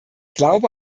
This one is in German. glaube